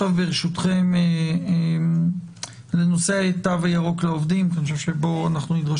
אושר פה אחד.